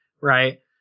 right